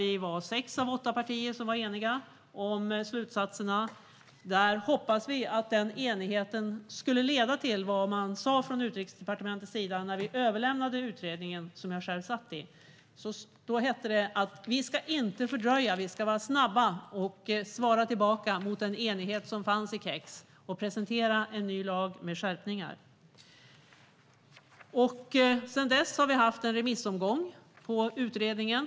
Vi var sex av åtta partier som var eniga om slutsatserna, och vi hoppades att denna enighet skulle leda till vad man sa från Utrikesdepartementet när vi - jag satt själv i utredningen - överlämnade betänkandet. Då hette det: Vi ska inte fördröja detta. Vi ska vara snabba med att svara tillbaka mot den enighet som fanns i KEX och presentera en ny lag med skärpningar. Sedan dess har vi haft en remissomgång av utredningen.